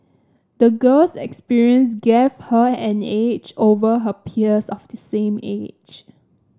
the girl's experience gave her an edge over her peers of the same age